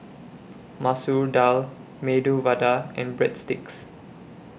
Masoor Dal Medu Vada and Breadsticks